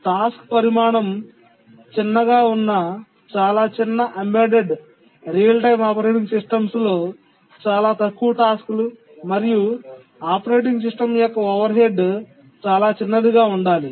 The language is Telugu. టాస్క్ పరిమాణం చిన్నగా ఉన్న చాలా చిన్న embedded real time operating systems లో చాలా తక్కువ టాస్క్లు మరియు ఆపరేటింగ్ సిస్టమ్ యొక్క ఓవర్హెడ్ చాలా చిన్నదిగా ఉండాలి